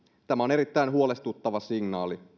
tämä on erittäin huolestuttava signaali